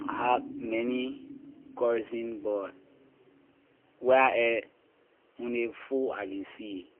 I have many cousin but where I only four I can see